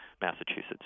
Massachusetts